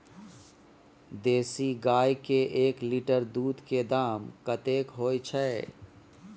देसी गाय के एक लीटर दूध के दाम कतेक होय छै?